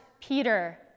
Peter